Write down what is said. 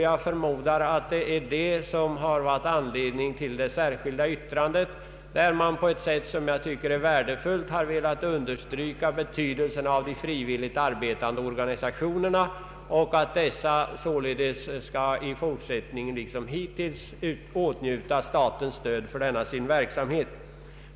Jag förmodar att detta varit anledning till det särskilda yttrandet, i vilket man på ett värdefullt sätt har understrukit betydelsen av de frivilligt arbetande organisationerna och av att dessa i fortsättningen liksom hittills får åtnjuta statens stöd för sin verksamhet.